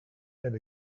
and